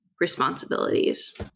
responsibilities